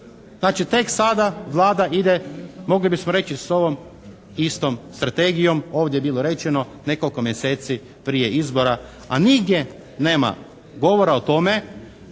Znači tek sada Vlada ide mogli bismo reći s ovom istom strategijom, ovdje je bilo rečeno nekoliko mjeseci prije izbora, a nigdje nema govora o tome